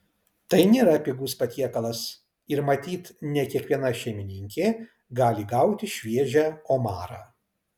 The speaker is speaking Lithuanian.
tai nėra pigus patiekalas ir matyt ne kiekviena šeimininkė gali gauti šviežią omarą